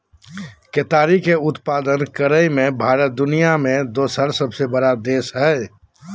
केताड़ी के उत्पादन करे मे भारत दुनिया मे दोसर सबसे बड़ा देश हय